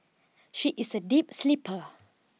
she is a deep sleeper